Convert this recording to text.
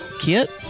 Kit